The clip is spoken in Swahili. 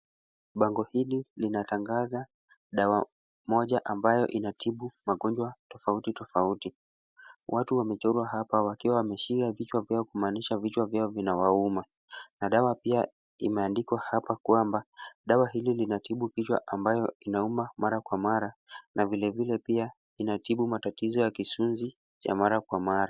bango hili linatangaza dawa moja ambayo inatibu magonjwa tofauti tofauti. Watu wamechorwa hapa wakiwa wameshika vichwa vyao kumaanisha vichwa vyao vinawauma na dawa pia imeandikwa hapa kwamba dawa hili linatibu kichwa ambayo inauma mara kwa mara na vilevile pia inatibu matatizo ya sunzi cha mara kwa mara.